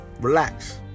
Relax